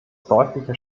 deutlicher